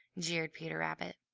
jeered peter rabbit.